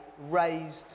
raised